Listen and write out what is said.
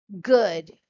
good